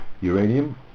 Uranium